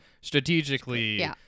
strategically